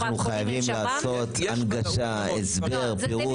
אנחנו חייבים לעשות הנגשה, הסבר, פירוט.